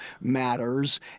matters